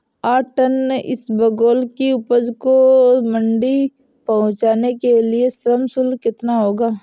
आठ टन इसबगोल की उपज को मंडी पहुंचाने के लिए श्रम शुल्क कितना होगा?